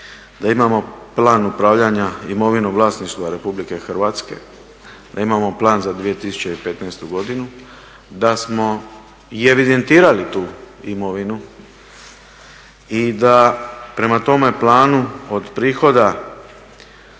da imamo plan upravljanja imovinom vlasništva Republike Hrvatske, da imamo plan za 2015. godinu, da smo i evidentirali tu imovinu i da prema tome planu od prihoda